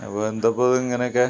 അപ്പം എന്താണ് ഇപ്പം ഇത് ഇങ്ങനെ ഒക്കെ